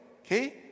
Okay